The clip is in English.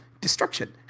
destruction